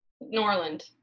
Norland